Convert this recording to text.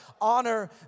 Honor